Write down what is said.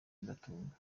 ibibatunga